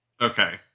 Okay